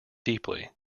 deeply